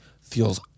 feels